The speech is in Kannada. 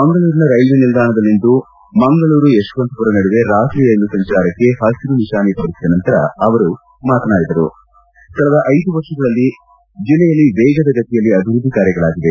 ಮಂಗಳೂರಿನ ರೈಲ್ವೆ ನಿಲ್ದಾಣದಲ್ಲಿಂದು ಮಂಗಳೂರು ಯಶವಂತಪುರ ನಡುವೆ ರಾತ್ರಿ ರೈಲು ಸಂಚಾರಕ್ಕೆ ಹಸಿರುನಿಶಾನೆ ತೋರಿಸಿದ ನಂತರ ಅವರು ಕಳೆದ ಐದು ವರ್ಷಗಳಲ್ಲಿ ಜಿಲ್ಲೆಯಲ್ಲಿ ವೇಗದ ಗತಿಯಲ್ಲಿ ಅಭಿವೃದ್ದಿ ಕಾರ್ಯಗಳಾಗಿವೆ